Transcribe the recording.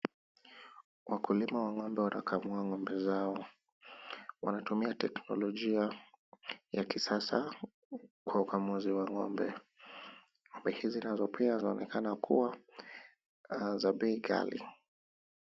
Wakulima wa ng'ombe wanakamua ng'ombe zao. Wanatumia teknolojia ya kisasa kwa ukamuzi wa ng'ombe. Ng'ombe hizi nazo pia zinaonekana kuwa za bei ghali.